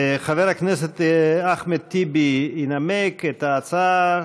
חבר הכנסת אחמד טיבי ינמק את ההצעה,